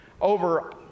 over